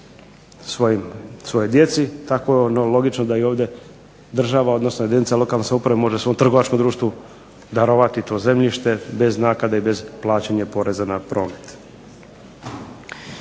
imovinu svojoj djeci, tako je logično da i ovdje država, odnosno jedinica lokalne samouprave može svom trgovačkom društvu darovati to zemljište bez naknade i bez plaćanja poreza na promet.